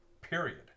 period